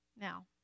Now